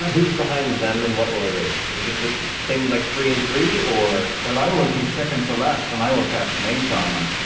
who's behind them and what order? is it just the same like three and three or? liam well, i will be second to last and i will cast mage armor.